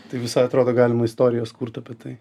tai visai atrodo galima istorijas kurt apie tai